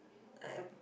I